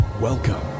Welcome